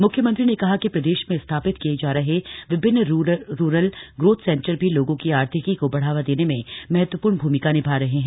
मुख्यमंत्री ने कहा कि प्रदेश में स्थापित किये जा रहे विभिन्न रूरल ग्रोथ सेंटर भी लोगों की आर्थिकी को बढ़ावा देने में महत्वपूर्ण भूमिका निभा रहे हैं